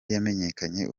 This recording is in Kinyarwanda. yamenyekanye